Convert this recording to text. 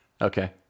Okay